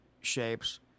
shapes